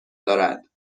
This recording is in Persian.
دارد